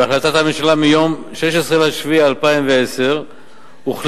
בהחלטת הממשלה מיום 16 ביולי 2010 הוחלט